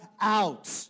out